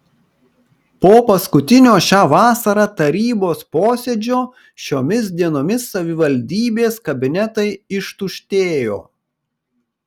po paskutinio šią vasarą tarybos posėdžio šiomis dienomis savivaldybės kabinetai ištuštėjo